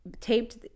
taped